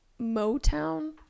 Motown